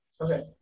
Okay